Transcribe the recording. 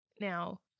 Now